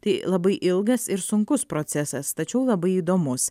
tai labai ilgas ir sunkus procesas tačiau labai įdomus